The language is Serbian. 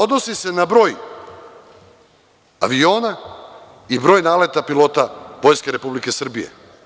Odnosi se na broj aviona i broj naleta pilota Vojske Republike Srbije.